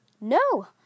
No